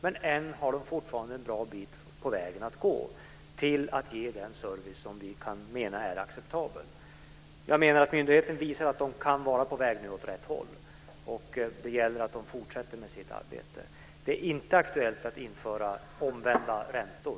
Men än har man fortfarande en bra bit kvar på vägen att gå för att ge den service som vi menar är acceptabel. Myndigheten visar att den nu kan vara på väg åt rätt håll, och det gäller att man fortsätter med sitt arbete. Det är i dagsläget inte aktuellt att införa omvända räntor.